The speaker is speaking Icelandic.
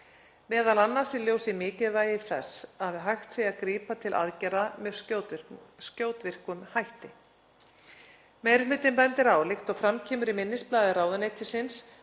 m.a. í ljósi mikilvægis þess að hægt sé að grípa til aðgerða með skjótvirkum hætti. Meiri hlutinn bendir á, líkt og fram kemur í minnisblaði ráðuneytisins,